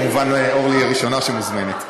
כמובן, אורלי היא הראשונה שמוזמנת.